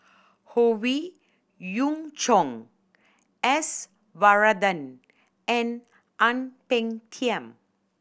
Howe Yoon Chong S Varathan and Ang Peng Tiam